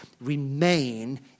remain